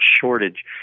shortage